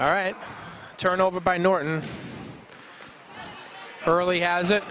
all right turn over by norton early has it